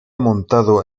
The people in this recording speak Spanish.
montado